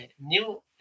new